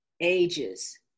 ages